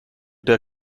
der